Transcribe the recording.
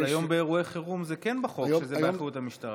אבל היום באירועי חירום זה כן בחוק שזה באחריות המשטרה.